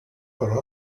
però